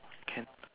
can